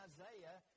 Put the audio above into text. Isaiah